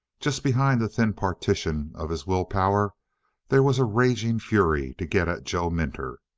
just behind the thin partition of his will power there was a raging fury to get at joe minter.